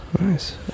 nice